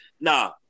Nah